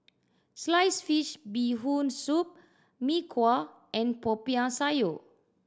sliced fish Bee Hoon Soup Mee Kuah and Popiah Sayur